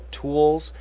tools